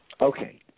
Okay